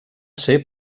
ser